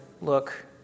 look